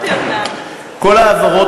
פירטתי אותם.